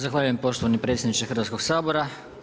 Zahvaljujem poštovani predsjedniče Hrvatskog sabora.